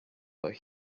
but